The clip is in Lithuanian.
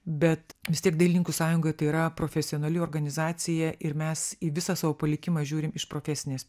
bet vis tiek dailininkų sąjunga tai yra profesionali organizacija ir mes į visą savo palikimą žiūrim iš profesinės